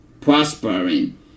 prospering